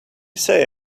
say